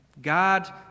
God